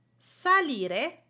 salire